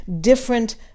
different